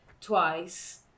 twice